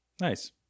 Nice